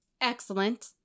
excellent